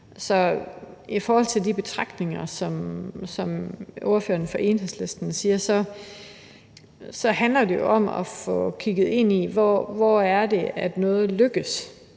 I forhold til de betragtninger, som ordføreren for Enhedslisten nævner, så handler det jo om at få kigget ind i, hvor det er, at noget lykkes.